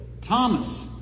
Thomas